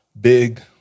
big